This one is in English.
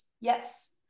Yes